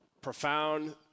Profound